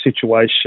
situation